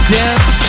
dance